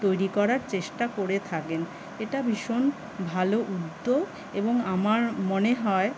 তৈরি করার চেষ্টা করে থাকেন এটা ভীষণ ভালো উদ্যোগ এবং আমার মনে হয়